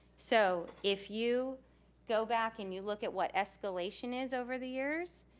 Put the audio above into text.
so, if you go back, and you look at what escalation is over the years,